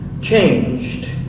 changed